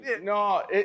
No